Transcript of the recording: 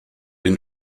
den